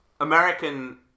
american